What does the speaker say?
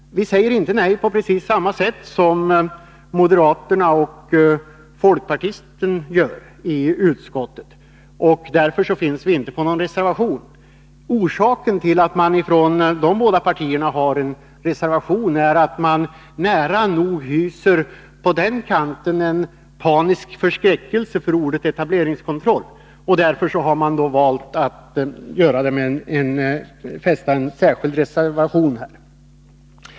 Vi säger inte nej på precis samma sätt som moderaterna och folkpartisten i utskottet gör. Därför finns vi inte på någon reservation. Orsaken till att man från de både partierna har en reservation är att man på den kanten hyser en nära nog panisk förskräckelse för ordet etableringskontroll. Därför har man valt att avge en särskild reservation.